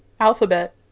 Alphabet